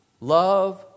love